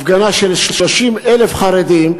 הפגנה של 30,000 חרדים,